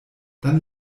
dann